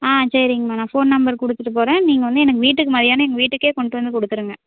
ஆ சரிங்கம்மா நான் phone number கொடுத்துட்டு போகறேன் நீங்கள் வந்து எனக்கு வீட்டுக்கு மதியானம் எங்கள் வீட்டுக்கே கொண்டு வந்து கொடுத்துருங்க